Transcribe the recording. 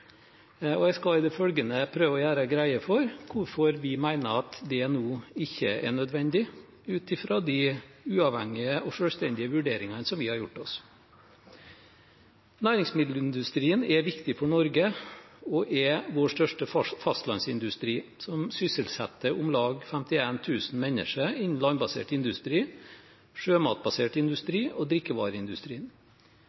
Jeg skal i det følgende prøve å gjøre greie for hvorfor vi mener at det nå ikke er nødvendig, ut fra de uavhengige og selvstendige vurderingene som vi har gjort. Næringsmiddelindustrien er viktig for Norge og er vår største fastlandsindustri, som sysselsetter om lag 51 000 mennesker innenfor landbasert industri, sjømatbasert industri